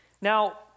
Now